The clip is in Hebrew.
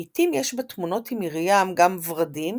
לעיתים, יש בתמונות עם מרים גם ורדים,